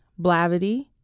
Blavity